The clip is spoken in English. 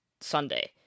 Sunday